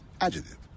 Adjective